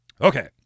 Okay